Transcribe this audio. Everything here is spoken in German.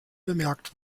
bemerkt